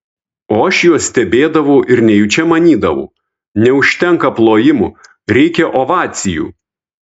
o aš juos stebėdavau ir nejučia manydavau neužtenka plojimų reikia ovacijų